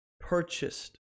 purchased